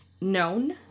known